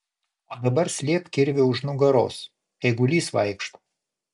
o dabar slėpk kirvį už nugaros eigulys vaikšto